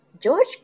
George